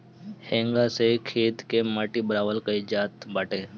हेंगा से खेत के माटी बराबर कईल जात बाटे